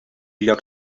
lloc